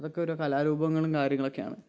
അതൊക്കെ ഓരോ കലാരൂപങ്ങളും കാര്യങ്ങളൊക്കെയാണ്